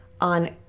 on